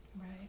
Right